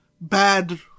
bad